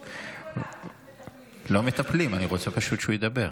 תדאג, אנחנו, לא מטפלים, אני פשוט רוצה שהוא ידבר.